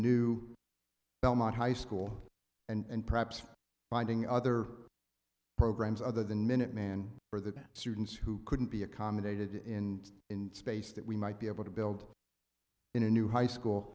new belmont high school and perhaps finding other programs other than minuteman for the students who couldn't be accommodated in in space that we might be able to build in a new high school